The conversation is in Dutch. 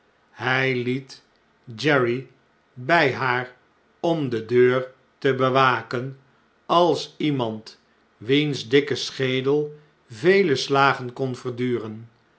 hij liet jerry bij haar om de deur te bewaken als iemand wiens dikke schedel vele slagen kon verduren